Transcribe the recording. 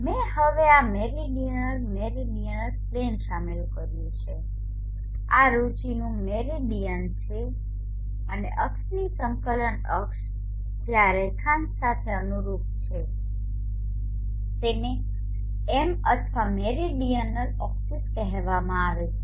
મેં હવે આ મેરિડીયન મેરીડિઅનલ પ્લેન શામેલ કર્યું છે આ રુચિનું મેરિડીયન છે અને અક્ષની સંકલન અક્ષ જે આ રેખાંશ સાથે અનુરૂપ છે તેને એમ અથવા મેરીડીઅનલ એક્સિસ કહેવામાં આવે છે